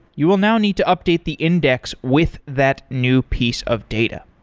you will now need to update the index with that new piece of data.